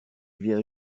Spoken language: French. vient